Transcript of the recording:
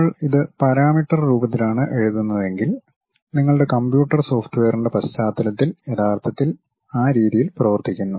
നമ്മൾ ഇത് പരാമീറ്റർ രൂപത്തിലാണ് എഴുതുന്നതെങ്കിൽ നിങ്ങളുടെ കമ്പ്യൂട്ടർ സോഫ്റ്റ്വെയറിൻ്റെ പശ്ചാത്തലത്തിൽ യഥാർത്ഥത്തിൽ ആ രീതിയിൽ പ്രവർത്തിക്കുന്നു